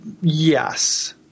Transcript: Yes